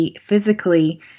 physically